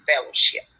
fellowship